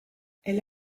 elle